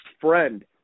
friend